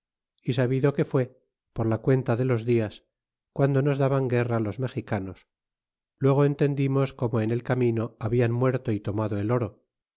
y sabido que fue por la cuenta de los dias guando nos daban guerra los mexicanos luego entendimos como en el camino habian muerto y tomado el oro